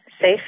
safe